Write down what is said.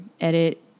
edit